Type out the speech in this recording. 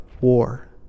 war